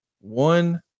one